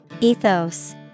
Ethos